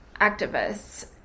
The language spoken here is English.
activists